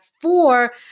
four